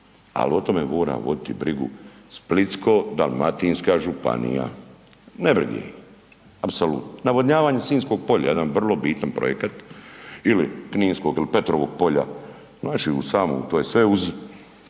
ali o tome mora voditi brigu Splitsko-dalmatinska županija. Nebrige ih, apsolutno. Navodnjavanje Sinjskog polja, jedan vrlo bitan projekat. Ili Kninskog ili Petrovog polja, znači u samom, to je sve uz